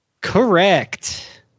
Correct